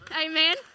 amen